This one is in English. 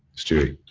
stu